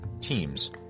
teams